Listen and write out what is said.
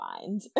mind